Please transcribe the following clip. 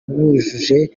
bujuje